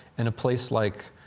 in a place like